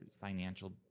financial